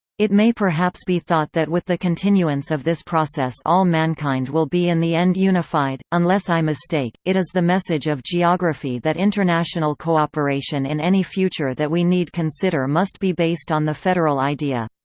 it may perhaps be thought that with the continuance of this process all mankind will be in the end unified, unless i mistake, it is the message of geography that international cooperation in any future that we need consider must be based on the federal idea.